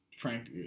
frank